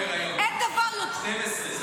פוש מערוץ 2: טלי גוטליב לא בהיריון.